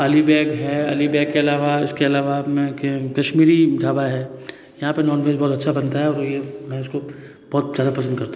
अली बेग है अली बेग के अलावा इसके अलावा अपने के कश्मीरी ढाबा है यहाँ पे नॉनवेज बहुत अच्छा बनता है और ये मैं इसको बहुत ज़्यादा पसंद करता